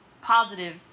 positive